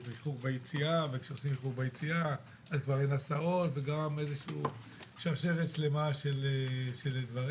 איחור ביציאה וכי שאיחור ביציאה אין הסעות וגרר שרשרת שלמה של דברים.